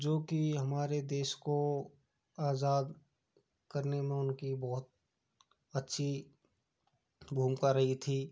जो कि हमारे देश को आज़ाद करने में उनकी बहुत अच्छी भूमिका रही थी